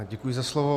Děkuji za slovo.